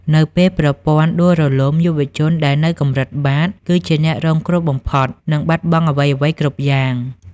នៅពេលប្រព័ន្ធដួលរលំ យុវជនដែលនៅកម្រិតបាត គឺជាអ្នករងគ្រោះបំផុត និងបាត់បង់អ្វីៗគ្រប់យ៉ាង។